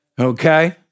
Okay